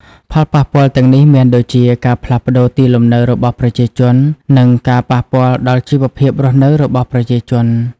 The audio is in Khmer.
ផលប៉ះពាល់ទាំងនេះមានដូចជា ការផ្លាស់ទីលំនៅរបស់ប្រជាជន និងការប៉ះពាល់ដល់ជីវភាពរស់នៅរបស់ប្រជាជន។